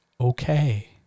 okay